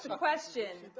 question.